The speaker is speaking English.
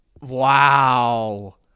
Wow